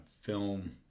film